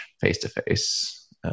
face-to-face